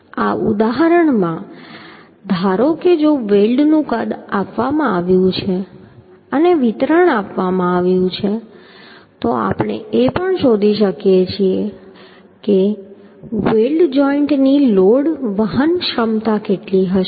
આ ઉદાહરણમાં ધારો કે જો વેલ્ડનું કદ આપવામાં આવ્યું છે અને વિતરણ આપવામાં આવ્યું છે તો આપણે એ પણ શોધી શકીએ છીએ કે વેલ્ડ જોઈન્ટની લોડ વહન ક્ષમતા કેટલી હશે